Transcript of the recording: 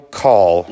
call